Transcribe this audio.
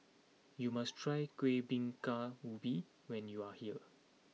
you must try Kueh Bingka Ubi when you are here